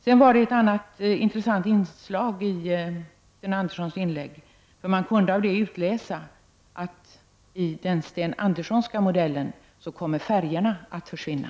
Det fanns även ett annat intressant inslag i Sten Anderssons inlägg, av vilket man kunde utläsa att färjorna i den Sten Anderssonska modellen kommer att försvinna.